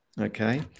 okay